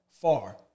Far